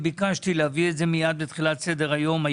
ביקשתי להביא את זה מיד לדיון היום כנושא ראשון שעל סדר היום.